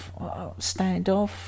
standoff